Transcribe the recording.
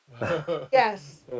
yes